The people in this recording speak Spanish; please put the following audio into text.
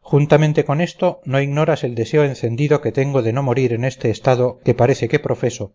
juntamente con esto no ignoras el deseo encendido que tengo de no morir en este estado que parece que profeso